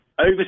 over